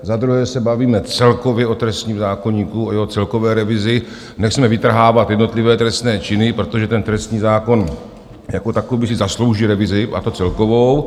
Za druhé se bavíme celkově o trestním zákoníku, o jeho celkové revizi, nechceme vytrhávat jednotlivé trestné činy, protože trestní zákon jako takový si zaslouží revizi, a to celkovou.